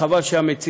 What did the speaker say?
רק חבל שהמציעים,